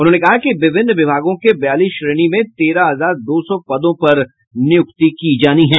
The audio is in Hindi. उन्होंने कहा कि विभिन्न विभागों के बयालीस श्रेणी में तेरह हजार दो सौ पदों पर नियुक्ति की जायेगी